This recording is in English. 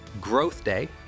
#GrowthDay